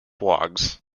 blogs